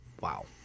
Wow